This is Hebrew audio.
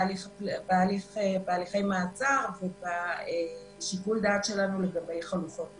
בהליכי מעצר ובשיקול הדעת שלנו לגבי חלופות מעצר.